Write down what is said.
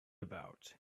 about